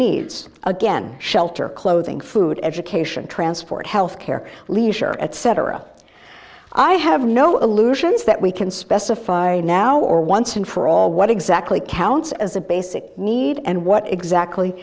human needs again shelter clothing food education transport health care leisure etc i have no illusions that we can specify now or once and for all what exactly counts as a basic need and what exactly